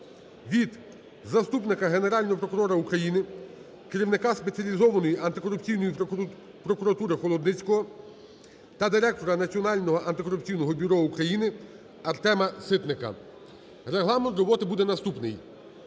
від заступника Генерального прокурора України – керівника Спеціалізованої антикорупційної прокуратури Холодницького та директора Національного антикорупційного бюро України Артема Ситника. Регламент роботи буде наступний: